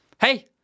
hey